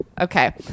Okay